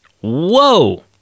Whoa